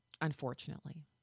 unfortunately